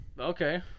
Okay